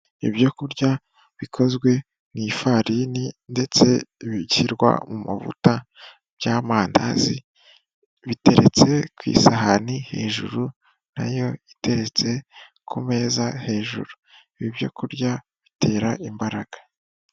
Ibyo kurya bikozwe mu ifarini ndetse bishyirwa mu mavuta by'amandazi, biteretse ku isahani hejuru, nayo iteretse ku meza hejuru, ibi byo kurya bitera imbaraga.